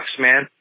man